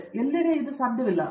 ಆದ್ದರಿಂದ ಎಲ್ಲೆಡೆ ಅದು ಸಾಧ್ಯವಿಲ್ಲ